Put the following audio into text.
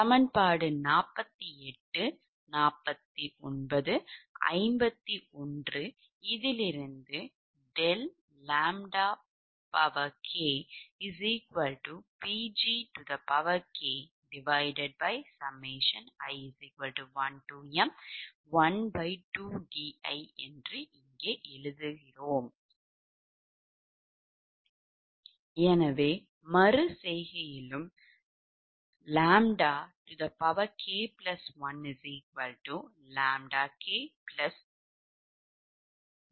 சமன்பாடு 48 4951இலிருந்து இங்கே எழுதப்பட்டுள்ளது ∆ʎ kPgki1m12di எனவே எந்த மறு செய்கையிலும் ʎk1ʎk∆ʎk ஆகும்